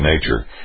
nature